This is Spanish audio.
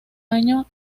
año